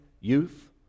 youth